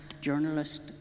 journalist